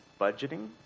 budgeting